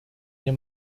nie